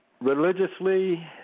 Religiously